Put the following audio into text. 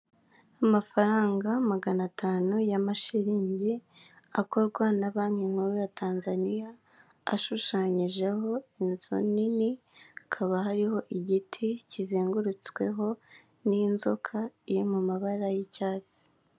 Amafaranga maganatanu y'amashiringi akorwa na banki nkuru ya tanzaniya ashushanyijeho inzu nini akaba ariho igiti kizengurutseho n'inzoka iri mu mabara y'icyatsi.